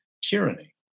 tyranny